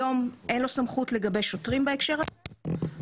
היום אין לו סמכות לגבי שוטרים בהקשר הזה,